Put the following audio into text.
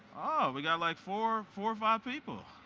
we got like four four or five people.